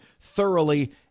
thoroughly